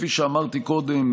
כפי שאמרתי קודם,